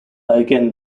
again